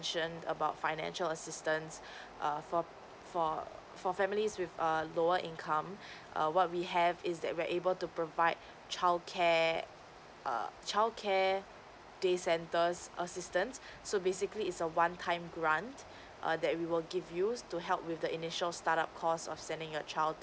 mentioned about financial assistance err for for for families with a lower income err what we have is that we are able to provide childcare err childcare day centres assistance so basically it's a one time grant err that we will give you to help with the initial startup cost of sending your child